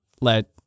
let